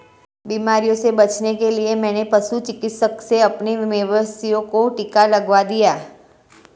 बीमारियों से बचने के लिए मैंने पशु चिकित्सक से अपने मवेशियों को टिका लगवा दिया है